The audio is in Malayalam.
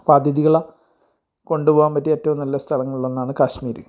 അപ്പം അതിഥികളെ കൊണ്ടുപോവാൻ പറ്റിയ ഏറ്റോം നല്ല സ്ഥലങ്ങളിലൊന്നാണ് കാശ്മീർ